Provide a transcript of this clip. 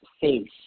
face